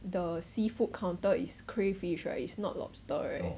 the seafood counter is crayfish right it's not lobster right